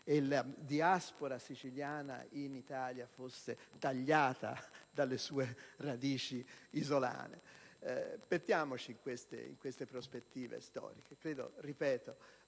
e la diaspora siciliana in Italia fosse tagliata dalle sue radici isolane. Poniamoci in queste prospettive storiche.